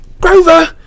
Grover